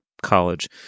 college